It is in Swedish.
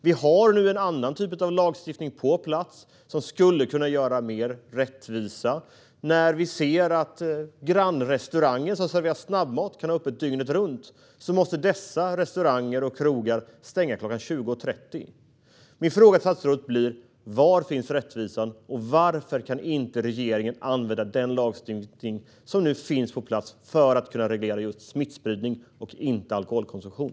Vi har nu en annan typ av lagstiftning på plats som skulle kunna vara mer rättvis. Grannrestaurangen som serverar snabbmat kan ha öppet dygnet runt medan dessa restauranger och krogar måste stänga klockan 20.30. Min fråga till statsrådet blir: Var finns rättvisan, och varför kan inte regeringen använda den lagstiftning som nu finns på plats för att reglera just smittspridning och inte alkoholkonsumtion?